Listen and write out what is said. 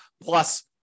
plus